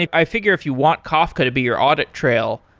i figure if you want kafka to be your audit trail,